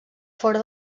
fora